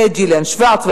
וג'יליאן שוורץ,